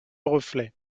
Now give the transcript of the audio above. reflet